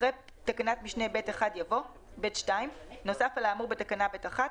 אחרי תקנת משנה (ב1) יבוא: "(ב2) בנוסף על האמור בתקנה (ב1),